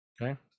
Okay